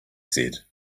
said